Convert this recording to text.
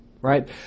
right